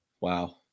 wow